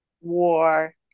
War